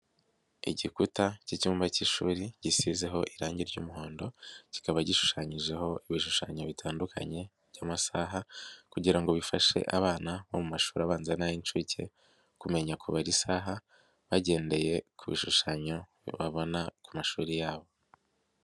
Igikuta cy'icyumba cy'ishuri, gisizeho irangi ry'umuhondo, kikaba gishushanyijeho ibishushanyo bitandukanye by'amasaha kugira ngo bifashe abana bo mu mashuri abanza nay'inshuke, kumenya kubara isaha, bagendeye ku bishushanyo, babona ku mashuri yabo.